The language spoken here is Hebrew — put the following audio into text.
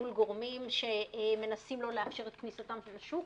מול גורמים שמנסים לא לאפשר את כניסתם לשוק,